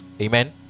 Amen